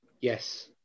Yes